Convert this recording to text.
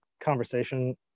conversation